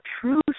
true